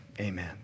amen